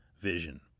vision